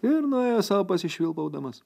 ir nuėjo sau pasišvilpaudamas